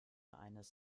eines